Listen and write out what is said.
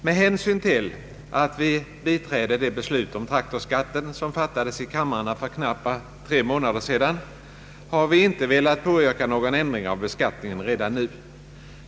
Med hänsyn till att vi biträdde det beslut om traktorskatten som fattades i kamrarna för knappt tre månader sedan har vi inte velat påyrka någon ändring av beskattningen redan nu.